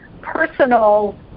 personal